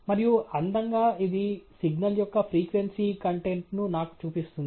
మరియు అందంగా ఇది సిగ్నల్ యొక్క ఫ్రీక్వెన్సీ కంటెంట్ను నాకు చూపిస్తుంది